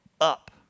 up